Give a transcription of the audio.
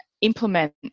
implement